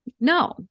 No